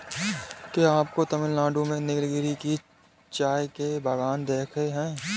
क्या आपने तमिलनाडु में नीलगिरी के चाय के बागान देखे हैं?